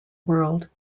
world